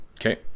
Okay